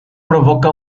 provoca